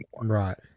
Right